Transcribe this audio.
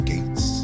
Gates